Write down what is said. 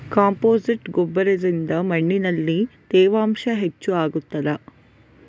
Compost ಗೊಬ್ಬರದಿಂದ ಮಣ್ಣಿನಲ್ಲಿ ತೇವಾಂಶ ಹೆಚ್ಚು ಆಗುತ್ತದಾ?